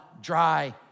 dry